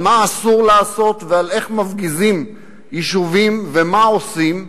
מה אסור לעשות ועל איך מפגיזים יישובים ומה עושים,